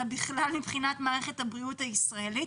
אלא בכלל על מערכת הבריאות הישראלית.